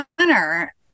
honor